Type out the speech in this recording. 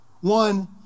one